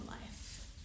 life